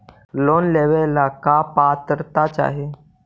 Loan लेवेला का पात्रता चाही?